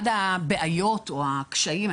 אחת הבעיות או הקשיים,